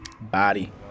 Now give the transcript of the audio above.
body